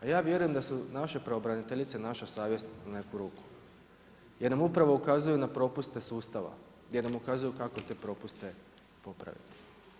A ja vjerujem da su naše pravobraniteljice naša savjest u neku ruku jer nam upravo ukazuju na propuste sustava gdje nam ukazuju kako te propuste popraviti.